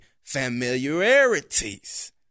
familiarities